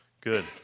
Good